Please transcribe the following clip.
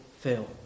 fail